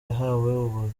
yahawe